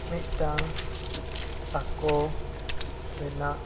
ᱢᱤᱫᱴᱟᱝ ᱥᱟᱸᱠᱚ ᱨᱮᱱᱟᱜ